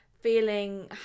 feeling